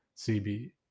CB